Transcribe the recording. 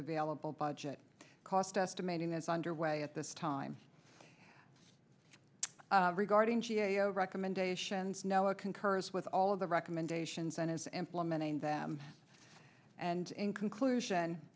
available budget cost estimating is underway at this time regarding g a o recommendations no it concurs with all of the recommendations and is implementing them and in conclusion